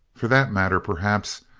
for that matter, perhaps,